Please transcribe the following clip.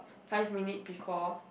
five minute before